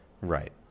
Right